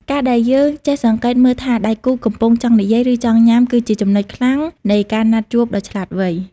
ការដែលយើងចេះសង្កេតមើលថាដៃគូកំពុងចង់និយាយ ឬចង់ញ៉ាំ គឺជាចំណុចខ្លាំងនៃអ្នកណាត់ជួបដ៏ឆ្លាតវៃ។